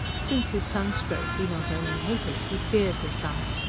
since his sunstroke he not only hated, he feared the sun.